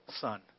son